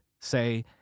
say